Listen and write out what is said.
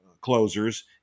closers